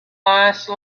nice